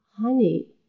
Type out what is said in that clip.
honey